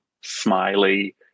smiley